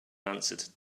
answered